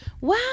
Wow